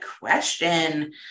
question